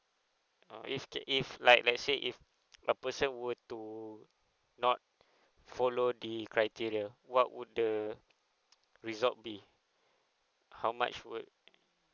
uh if if like let's say if a person were to not follow the criteria what would the result be how much would